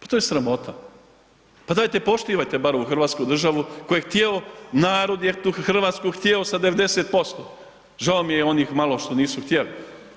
Pa to je sramota, pa dajte poštivajte bar ovu hrvatsku državu koje je htio, narod je tu Hrvatsku htio sa 90%, žao mi je onih malo što nisu htjeli